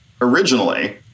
originally